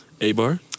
abar